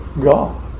God